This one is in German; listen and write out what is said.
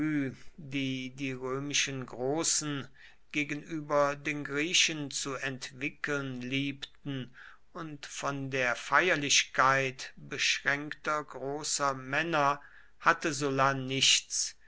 die römischen großen gegenüber den griechen zu entwickeln liebten und von der feierlichkeit beschränkter großer männer hatte sulla nichts